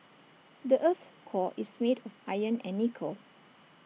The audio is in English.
the Earth's core is made of iron and nickel